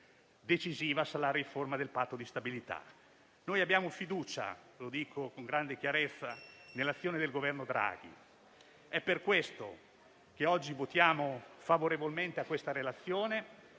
Decisiva sarà la riforma del Patto di stabilità. Noi abbiamo fiducia - lo dico con grande chiarezza - nell'azione del Governo Draghi. È per questo che oggi voteremo favorevolmente sul documento